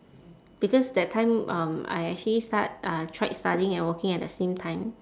because that time um I actually start uh tried studying and working at the same time